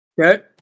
Okay